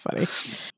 funny